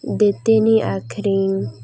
ᱫᱟᱹᱛᱟᱹᱱᱤ ᱟᱠᱷᱨᱤᱧ